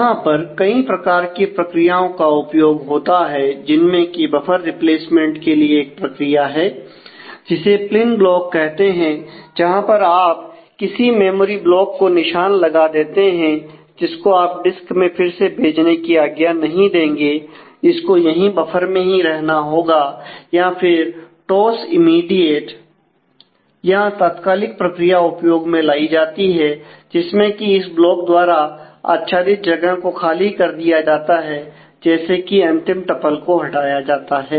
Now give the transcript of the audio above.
यहां पर कई प्रकार की प्रक्रियाओं का उपयोग होता है जिनमें की बफर रिप्लेसमेंट के लिए एक प्रक्रिया है जिसे पिनब्लॉक को हटाया जाता है